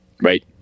Right